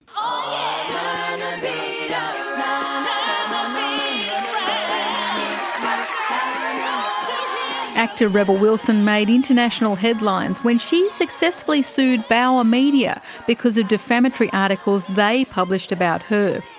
um actor rebel wilson made international headlines when she successfully sued bauer media because of defamatory articles they published about her.